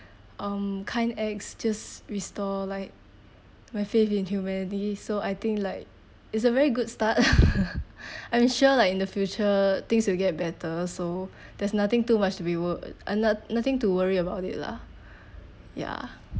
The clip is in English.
um kind acts just restore like my faith in humanity so I think like it's a very good start I'm sure like in the future things will get better so there's nothing too much to be w~ n~ nothing to worry about it lah ya